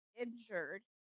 injured